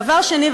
דבר שני,